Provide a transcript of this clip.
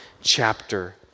chapter